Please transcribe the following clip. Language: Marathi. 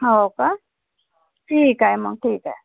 हो का ठीक आहे मग ठीक आहे